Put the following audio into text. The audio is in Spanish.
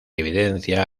evidencia